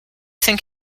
think